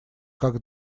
как